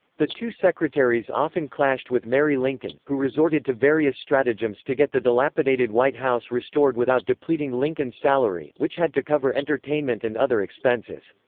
the two secretaries often clashed with mary lincoln, who resorted to various stratagems to get the dilapidated white house restored without depleting lincoln's salary, which had to cover entertainment and other expenses.